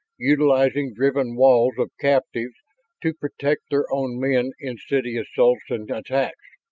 utilizing driven walls of captives to protect their own men in city assaults and attacks.